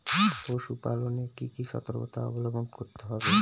পশুপালন এ কি কি সর্তকতা অবলম্বন করতে হবে?